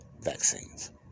vaccines